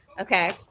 Okay